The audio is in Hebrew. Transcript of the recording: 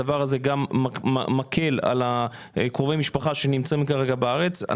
הדבר הזה גם מקל על קרובי המשפחה שנמצאים כרגע בארץ.